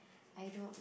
I don't